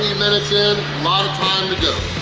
lot of time to go.